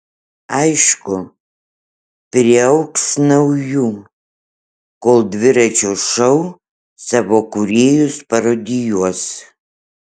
aišku priaugs naujų kol dviračio šou savo kūrėjus parodijuos